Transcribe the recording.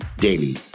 daily